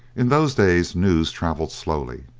in those days news travelled slowly,